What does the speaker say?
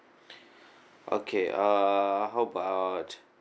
okay uh how about